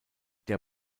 der